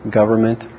government